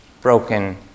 broken